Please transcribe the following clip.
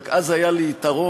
רק אז היה לי יתרון: